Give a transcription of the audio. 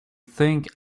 think